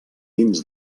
dins